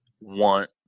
want